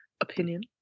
opinion